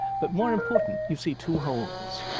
but more important you see two holes.